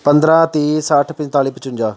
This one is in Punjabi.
ਪੰਦਰਾਂ ਤੀਹ ਸੱਠ ਪੰਤਾਲੀ ਪਚਵੰਜਾ